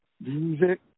music